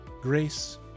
grace